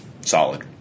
Solid